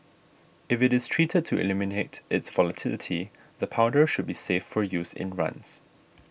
if it is treated to eliminate its volatility the powder should be safe for use in runs